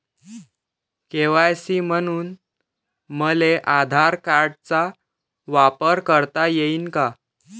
KYC म्हनून मले आधार कार्डाचा वापर करता येईन का?